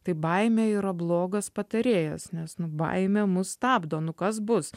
tai baimė yra blogas patarėjas nes nu baimė mus stabdo nu kas bus